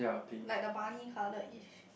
like the Barney Colourish